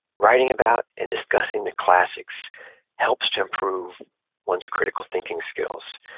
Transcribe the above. writing about, and discussing the classics helps to improve one's critical thinking skills,